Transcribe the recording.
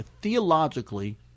theologically